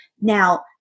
Now